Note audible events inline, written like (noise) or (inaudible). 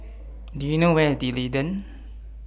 (noise) Do YOU know Where IS D'Leedon